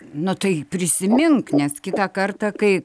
nu tai prisimink nes kitą kartą kai